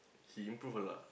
he improve a lot